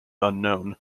unknown